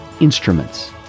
instruments